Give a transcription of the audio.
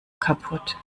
kaputt